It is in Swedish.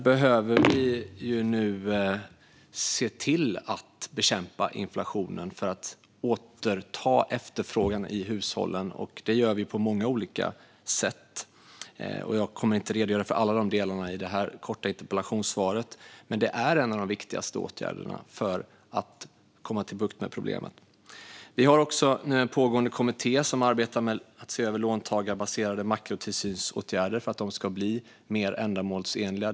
För att hushållen ska återfå efterfrågan behöver vi bekämpa inflationen. Det gör vi nu på många olika sätt. Jag kommer inte att redogöra för alla delarna i detta korta interpellationssvar. Men det är en av de viktigaste åtgärderna för att få bukt med problemet. Det är också en pågående kommitté som arbetar med att se över låntagarbaserade makrotillsynsåtgärder, för att de ska bli mer ändamålsenliga.